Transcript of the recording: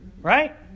Right